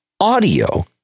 audio